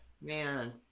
Man